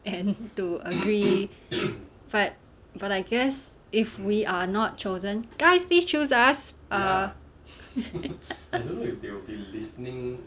and to agree but but I guess if we are not chosen guys please choose us err